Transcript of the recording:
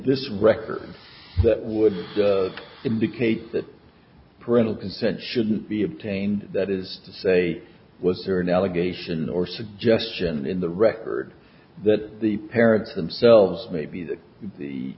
this record that would indicate that parental consent shouldn't be obtained that is to say was there an allegation or suggestion in the record that the parents themselves may be th